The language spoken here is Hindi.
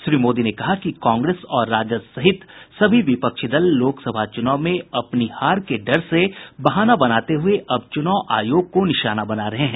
श्री मोदी ने कहा कि कांग्रेस और राजद सहित सभी विपक्षी दल लोकसभा चुनाव में अपनी हार के डर से बहाना बनाते हुए अब चुनाव आयोग को निशाना बना रहे हैं